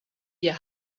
hier